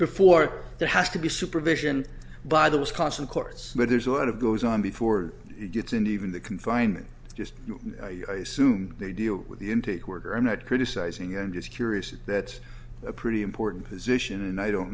before there has to be supervision by the wisconsin courts but there's a lot of goes on before it gets in even the confinement just assume they deal with the intake order i'm not criticizing and just curious is that a pretty important position and i don't